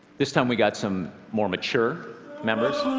this time we got some more mature members.